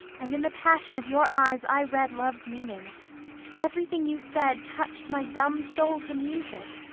and in the passion of your eyes i read love's meaning everything you said touched my dumb soul to music,